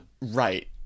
Right